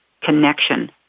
connection